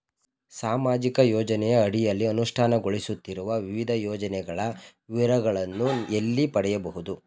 ಸಾಮಾಜಿಕ ಯೋಜನೆಯ ಅಡಿಯಲ್ಲಿ ಅನುಷ್ಠಾನಗೊಳಿಸುತ್ತಿರುವ ವಿವಿಧ ಯೋಜನೆಗಳ ವಿವರಗಳನ್ನು ಎಲ್ಲಿ ಪಡೆಯಬಹುದು?